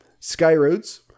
Skyroads